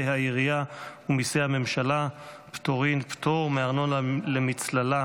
העירייה ומיסי הממשלה (פטורין) (פטור מארנונה למצללה),